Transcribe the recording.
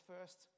first